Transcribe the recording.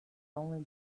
only